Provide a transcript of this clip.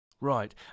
Right